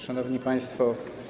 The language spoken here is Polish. Szanowni Państwo!